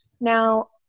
Now